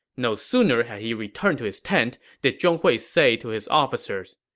no sooner had he returned to his tent did zhong hui say to his officers,